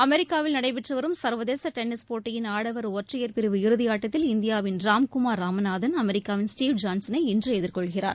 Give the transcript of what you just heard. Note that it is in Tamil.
அமெரிக்காவில் நடைபெற்றுவரும் சர்வதேசடென்னிஸ் போட்டியின் ஆடவர் ஒற்றையர் பிரிவு இறுதியாட்டத்தில் இந்தியாவின் ராம்குமார் அமெரிக்காவின் ராமநாதன் ஸ்டீவ் ஜான்சனை இன்றுஎதிர்கொள்கிறார்